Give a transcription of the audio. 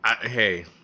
hey